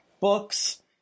books